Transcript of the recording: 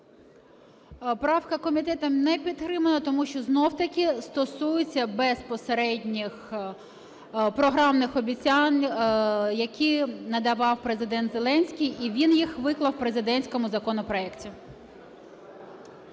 Правка комітетом не підтримана, тому що знову-таки стосується безпосередніх програмних обіцянок, які надавав Президент Зеленський, і він їх виклав в президентському законопроекті.